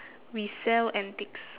we sell antiques